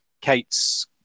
Kate's